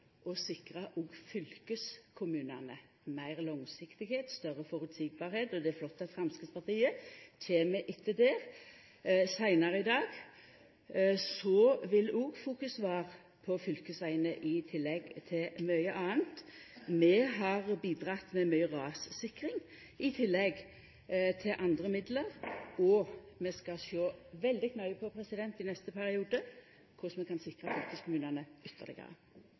sikra òg fylkeskommunane meir langsiktigheit og større føreseielegheit. Det er flott at Framstegspartiet kjem etter der. Seinare i dag vil òg fokus vera på fylkesvegane, i tillegg til mykje anna. Vi har bidrege til mykje rassikring – i tillegg til andre midlar – og vi skal i neste periode sjå veldig nøye på korleis vi kan sikra fylkeskommunane ytterlegare.